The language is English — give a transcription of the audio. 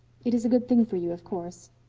it is a good thing for you, of course.